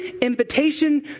invitation